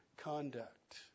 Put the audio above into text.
Conduct